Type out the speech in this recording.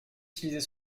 utiliser